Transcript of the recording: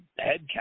headcount